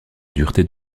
dureté